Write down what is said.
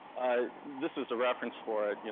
this is a reference for it, yeah